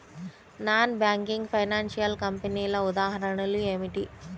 Non banking financial కంపెనీల ఉదాహరణలు ఏమిటి?